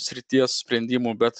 srities sprendimų bet